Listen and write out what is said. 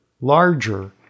larger